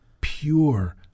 pure